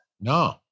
No